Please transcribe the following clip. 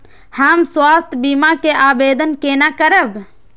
हम स्वास्थ्य बीमा के आवेदन केना करब?